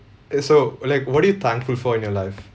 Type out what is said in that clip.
eh so like what're you thankful for in your life